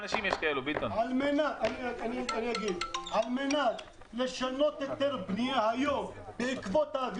כשהגיעה סופת חול לעברי אמרו לי להסתובב כדי לשמור על עצמי.